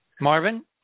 Marvin